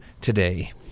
today